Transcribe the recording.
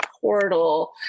portal